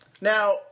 Now